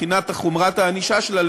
מבחינת הענישה שלה,